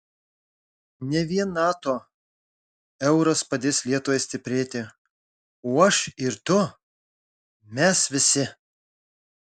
ne vien nato euras padės lietuvai stiprėti o aš ir tu mes visi